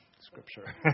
scripture